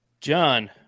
John